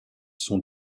sont